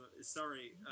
Sorry